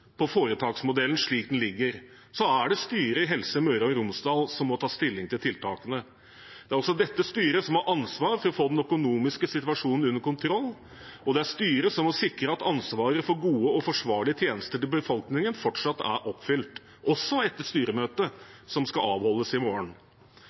på foretaksmodellen slik den foreligger, er det styret i Helse Møre og Romsdal som må ta stilling til tiltakene. Det er også dette styret som har ansvar for å få den økonomiske situasjonen under kontroll, og det er styret som må sikre at ansvaret for gode og forsvarlige tjenester til befolkningen fortsatt er oppfylt, også etter styremøtet